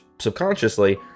subconsciously